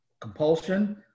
compulsion